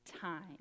time